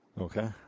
Okay